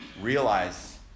realize